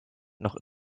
noch